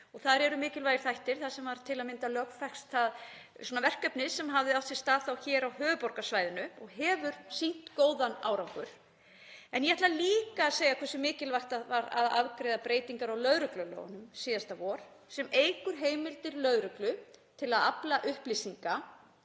Þar eru mikilvægir þættir og þar var til að mynda lögfest það verkefni sem hafði verið í gangi hér á höfuðborgarsvæðinu og hefur sýnt góðan árangur. En ég ætla líka að segja hversu mikilvægt það var að afgreiða breytingar á lögreglulögunum síðasta vor sem eykur heimildir lögreglu til að afla upplýsinga,